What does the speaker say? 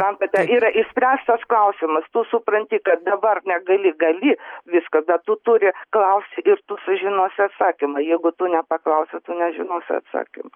tam kad te yra išspręstas klausimas tu supranti kad dabar negali gali viską bet tu turi klaust ir tu sužinosi atsakymą jeigu tu nepaklausi tu nežinosi atsakymo